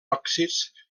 òxids